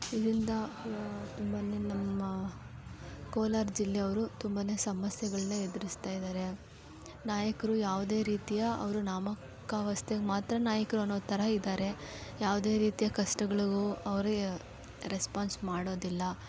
ಇದರಿಂದ ತುಂಬ ನಮ್ಮ ಕೋಲಾರ ಜಿಲ್ಲೆ ಅವರು ತುಂಬ ಸಮಸ್ಯೆಗಳನ್ನ ಎದುರಿಸ್ತಾ ಇದ್ದಾರೆ ನಾಯಕರು ಯಾವುದೇ ರೀತಿಯ ಅವರು ನಾಮ್ ಕಾ ವಾಸ್ತೆಗೆ ಮಾತ್ರ ನಾಯಕರು ಅನ್ನೋ ಥರ ಇದ್ದಾರೆ ಯಾವುದೇ ರೀತಿಯ ಕಷ್ಟಗಳಿಗೂ ಅವ್ರಿಯ ರೆಸ್ಪಾನ್ಸ್ ಮಾಡೋದಿಲ್ಲ